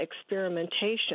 experimentation